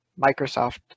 Microsoft